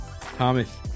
Thomas